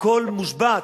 הכול מושבת.